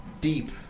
deep